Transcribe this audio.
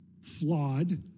flawed